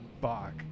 Bach